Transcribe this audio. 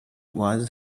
was